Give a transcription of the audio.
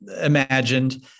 imagined